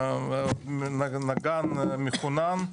נגן מחונן.